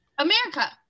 America